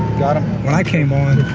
got em. when i came on,